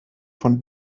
von